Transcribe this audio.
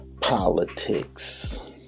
politics